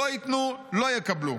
לא ייתנו, לא יקבלו'.